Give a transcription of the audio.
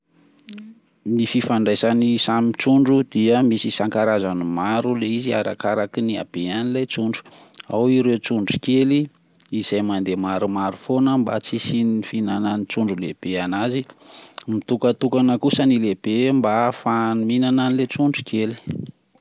Ny fifandraisany samy trondro dia misy isan-karazany maro le izy arakaraka ny habehany ilay trondro, ao ireo trondro kely izay mandeha maromaro foana mba tsy hisian'ny fihinanan'ny trondro lehibe anazy, mitokatokana kosa ny lehibe mba ahafahany mihinana ilay trondro kely.